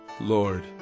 Lord